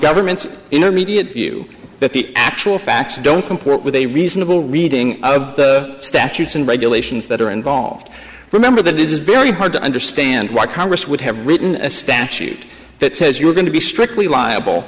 government's intermediate view that the actual facts don't comport with a reasonable reading of the statutes and regulations that are involved remember that it is very hard to understand why congress would have written a statute that says you are going to be strictly liable